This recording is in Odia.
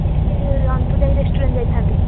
ଆଜି ଟିକେ ରଣପୁର ଯାଇ ରେଷ୍ଟୁରାଣ୍ଟ ଯାଇଥାନ୍ତେ